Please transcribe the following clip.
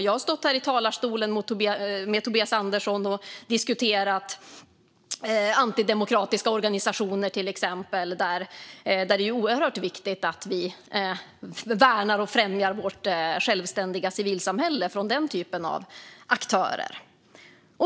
Jag har stått här i talarstolen och diskuterat till exempel antidemokratiska organisationer med Tobias Andersson, och det är oerhört viktigt att vi värnar och främjar vårt självständiga civilsamhälle från den typen av aktörer.